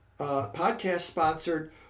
podcast-sponsored